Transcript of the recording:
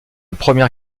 première